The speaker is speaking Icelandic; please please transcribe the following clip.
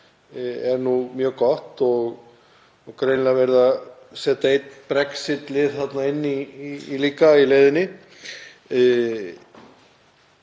er mjög gott og greinilega verið að setja einn Brexit-lið þarna inn í leiðinni.